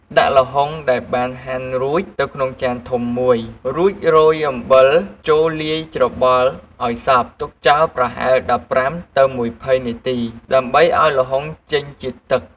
ដាក់ល្ហុងដែលបានហាន់រួចទៅក្នុងចានធំមួយ រួចរោយអំបិលចូលលាយច្របល់ឲ្យសព្វទុកចោលប្រហែល ១៥-២០ នាទីដើម្បីឲ្យល្ហុងចេញជាតិទឹក។